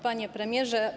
Panie Premierze!